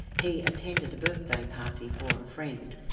he attended a birthday party for a friend.